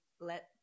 let